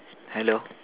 hello